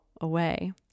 away